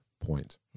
point